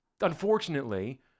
unfortunately